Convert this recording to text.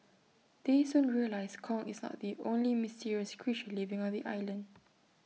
they soon realise Kong is not the only mysterious creature living on the island